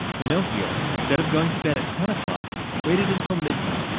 pinocchio, instead of going to bed at ten o'clock waited until midnight,